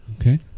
Okay